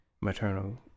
Maternal